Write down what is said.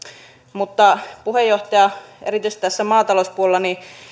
mutta puheenjohtaja erityisesti maatalouspuolella